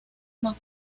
más